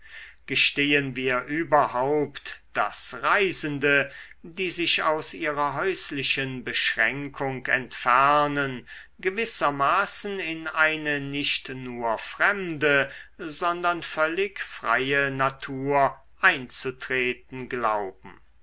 gestehen wir überhaupt daß reisende die sich aus ihrer häuslichen beschränkung entfernen gewissermaßen in eine nicht nur fremde sondern völlig freie natur einzutreten glauben